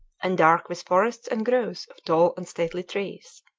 and dark with forests and groves of tall and stately trees.